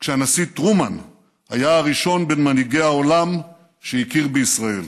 כשהנשיא טרומן היה הראשון בין מנהיגי העולם שהכיר בישראל.